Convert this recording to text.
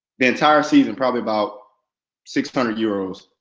the entire season, probably about six hundred euros.